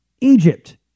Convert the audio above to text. Egypt